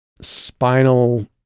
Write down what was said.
spinal